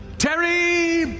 tary!